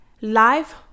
life